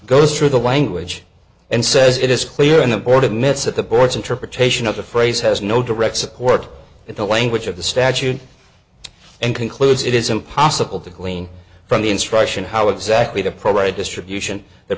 goes through the language and says it is clear and the board of mit's at the board's interpretation of the phrase has no direct support in the language of the statute and concludes it is impossible to glean from the instruction how exactly to program a distribution the